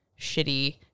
shitty